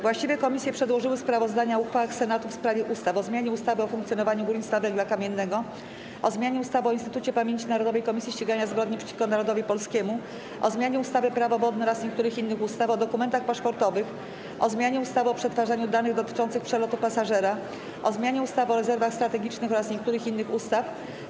Właściwe komisje przedłożyły sprawozdania o uchwałach Senatu w sprawie ustaw: - o zmianie ustawy o funkcjonowaniu górnictwa węgla kamiennego, - o zmianie ustawy o Instytucie Pamięci Narodowej - Komisji Ścigania Zbrodni przeciwko Narodowi Polskiemu, - o zmianie ustawy - Prawo wodne oraz niektórych innych ustaw, - o dokumentach paszportowych, - o zmianie ustawy o przetwarzaniu danych dotyczących przelotu pasażera, - o zmianie ustawy o rezerwach strategicznych oraz niektórych innych ustaw.